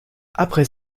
après